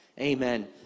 Amen